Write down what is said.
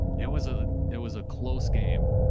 it was ah it was a close game.